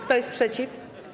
Kto jest przeciw?